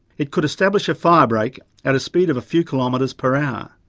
it could establish a fire break at a speed of a few kilometres per hour.